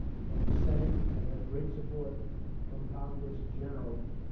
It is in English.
from the senate. i've had great support from congress generally.